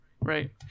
Right